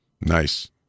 Nice